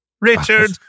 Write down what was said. Richard